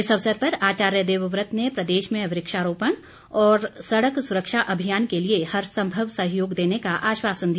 इस अवसर पर आचार्य देवव्रत ने प्रदेश में वृक्षारोपण और सड़क सुरक्षा अभियान के लिए हर संभव सहयोग देने का आश्वासन दिया